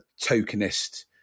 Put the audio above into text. tokenist